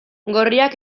gorriak